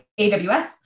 AWS